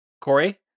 Corey